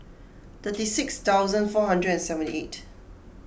thirty six thousand four hundred and seventy eight